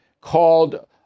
called